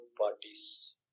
parties